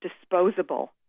disposable